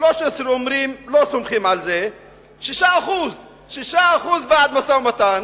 13% אומרים שלא סומכים על זה, 6% בעד משא-ומתן,